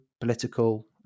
political